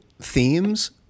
themes